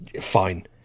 fine